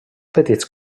petits